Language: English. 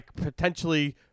potentially